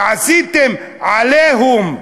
שעשיתם "עליהום"